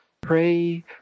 pray